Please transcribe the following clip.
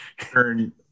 Turn